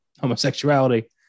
homosexuality